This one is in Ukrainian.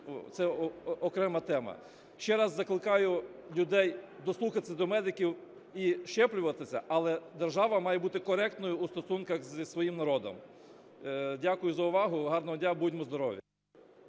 це окрема тема. Ще раз закликаю людей дослухатися до медиків і щеплюватися. Але держава має бути коректною у стосунках зі своїм народом. Дякую за увагу. Гарного дня. Будьмо здорові.